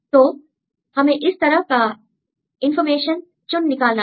तो हमें इस तरह का इंफॉर्मेशन चुन निकालना है